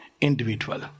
individual